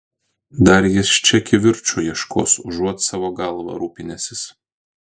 dar jis čia kivirču ieškos užuot savo galva rūpinęsis